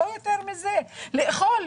לא יותר מזה לאכול,